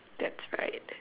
that's right